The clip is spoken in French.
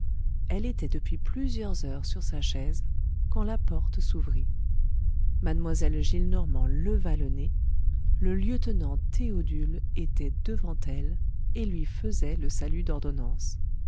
elle était depuis plusieurs heures sur sa chaise quand la porte s'ouvrit mlle gillenormand leva le nez le lieutenant théodule était devant elle et lui faisait le salut d'ordonnance